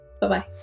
Bye-bye